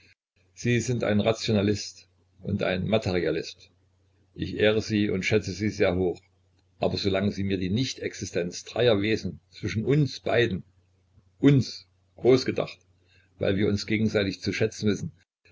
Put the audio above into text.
sie sind ein rationalist und ein materialist ich ehre sie und schätze sie sehr hoch aber so lange sie mir die nicht existenz dreier wesen zwischen uns beiden uns groß gedacht weil wir uns gegenseitig zu schätzen wissen